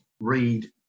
read